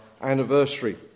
anniversary